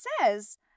says